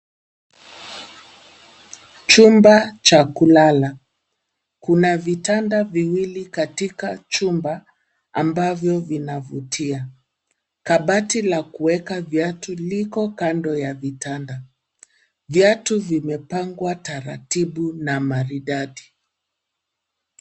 Chumba cha kulala. Kuna vitanda viwili katika chumba ambavyo vinavutia. Kabati la kueka viatu liko kando ya vitanda. Viatu vimepangwa taratibu na maridadi.